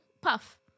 Puff